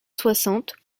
soixante